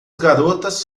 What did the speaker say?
garotas